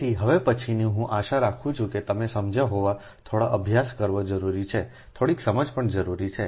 તેથી હવે પછીની I આશા રાખું છું કે તમે સમજ્યા હોવ થોડો અભ્યાસ કરવો જરૂરી છે થોડીક સમજ પણ જરૂરી છે